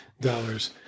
dollars